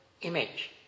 image